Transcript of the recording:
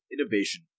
innovation